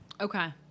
okay